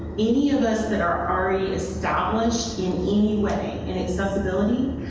any of us that are already established in any way in accessibility,